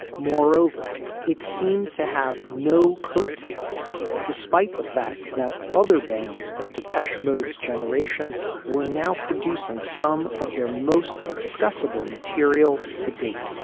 moreover it seemed to have no coattails despite the fact that other bands of depeche mode generation were now producing some of their most accessible material to date